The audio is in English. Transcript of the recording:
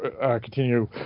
continue